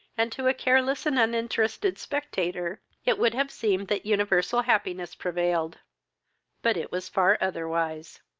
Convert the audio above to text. and, to a careless and uninterested spectator, it would have seemed that universal happiness prevailed but it was far otherwise.